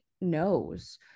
knows